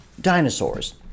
dinosaurs